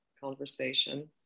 conversation